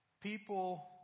people